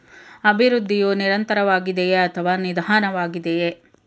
ಅಭಿವೃದ್ಧಿಯು ನಿರಂತರವಾಗಿದೆಯೇ ಅಥವಾ ನಿಧಾನವಾಗಿದೆಯೇ?